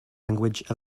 language